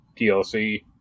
dlc